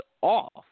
off